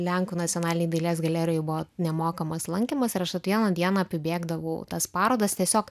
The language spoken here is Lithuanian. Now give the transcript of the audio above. lenkų nacionalinėj dailės galerijoj buvo nemokamas lankymas ir aš vat vieną dieną apibėgdavau tas parodas tiesiog